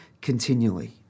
continually